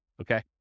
okay